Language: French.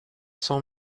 cents